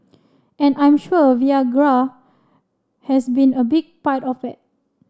and I'm sure Viagra has been a big part of it